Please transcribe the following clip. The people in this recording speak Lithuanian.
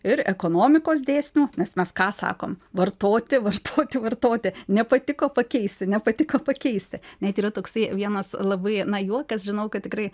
ir ekonomikos dėsnių nes mes ką sakom vartoti vartoti vartoti nepatiko pakeisti nepatiko pakeisti net yra toksai vienas labai na juokas žinau kad tikrai